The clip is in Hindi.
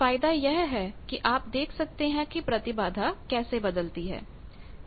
फायदा यह है कि आप देख सकते हैं कि प्रतिबाधा कैसे बदलती है